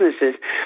businesses